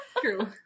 True